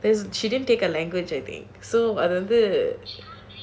is she didn't take a language I think so at the the